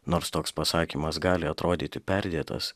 nors toks pasakymas gali atrodyti perdėtas